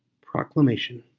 proclamation.